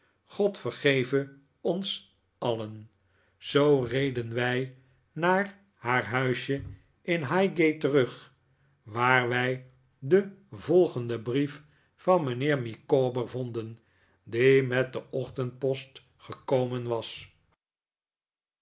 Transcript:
god vergeve ons alien zoo reden wij naar haar huisje in highgate terug waar wij den volgenden brief van mijnheer micawber vonden die met de ochtendpost gekomen was